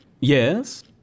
Yes